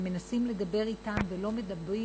ומנסים לדבר אתם, ולא מדברים